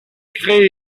crée